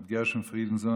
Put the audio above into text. הרב גרשון פרידנזון,